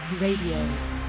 Radio